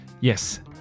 Yes